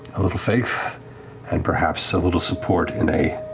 a little faith and perhaps a little support in a